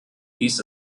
dies